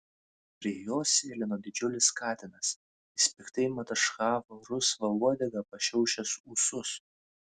prie jos sėlino didžiulis katinas jis piktai mataškavo rusva uodega pašiaušęs ūsus